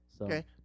Okay